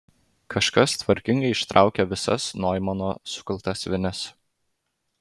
kažkas tvarkingai ištraukė visas noimano sukaltas vinis